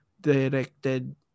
directed